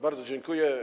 Bardzo dziękuję.